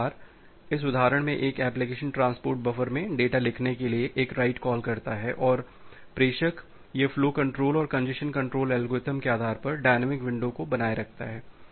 इस प्रकार इस उदाहरण में कि एप्लिकेशन ट्रांसपोर्ट बफर में डेटा लिखने के लिए एक राइट कॉल करता है और प्रेषक यह फ्लो कंट्रोल और कंजेशन कंट्रोल एल्गोरिदम के आधार पर डायनामिक विंडो को बनाए रखता है